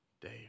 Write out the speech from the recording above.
Dave